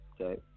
Okay